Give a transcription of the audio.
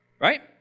Right